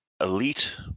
elite